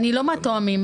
אני לא מן הטועמים,